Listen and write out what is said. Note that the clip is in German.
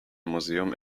museum